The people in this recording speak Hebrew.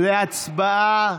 תודה רבה.